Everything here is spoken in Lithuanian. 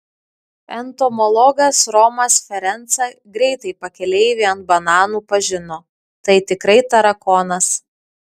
entomologas romas ferenca greitai pakeleivį ant bananų pažino tai tikrai tarakonas